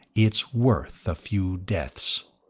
it's worth a few deaths!